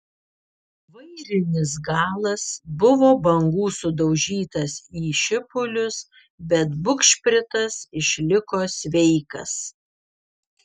vairinis galas buvo bangų sudaužytas į šipulius bet bugšpritas išliko sveikas